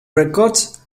records